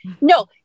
No